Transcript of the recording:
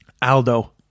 Aldo